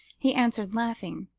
he answered laughing.